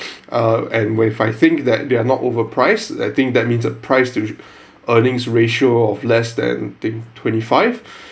uh and when if I think that they are not overpriced I think that means that price to earnings ratio of less than think twenty-five